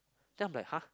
then I'm like !huh!